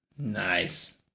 Nice